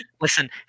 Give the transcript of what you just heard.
listen